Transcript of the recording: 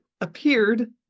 appeared